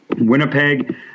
winnipeg